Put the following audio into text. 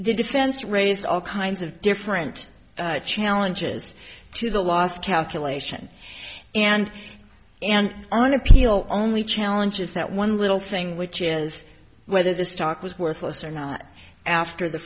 the defense raised all kinds of different challenges to the last calculation and and on appeal only challenges that one little thing which is whether the stock was worthless or not after the